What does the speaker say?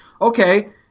Okay